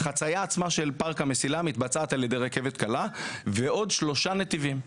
החציה עצמה של פארק המסילה מתבצעת על ידי רכבת קלה ועוד שלושה נתיבים,